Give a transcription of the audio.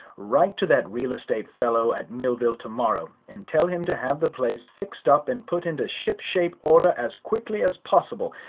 write to that real estate fellow at millville tomorrow and tell him to have the place fixed up and put into ship-shape order as quickly as possible.